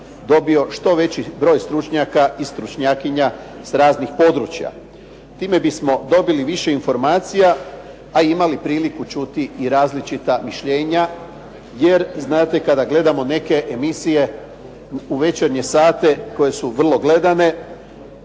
dobio što veći broj stručnjaka i stručnjakinja s raznih područja. Time bismo dobili više informacija, a imali priliku čuti i različita mišljenja, jer znate kada gledamo neke emisije u večernje sate koje su vrlo gledane,